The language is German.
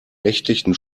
nächtlichen